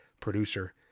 producer